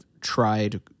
tried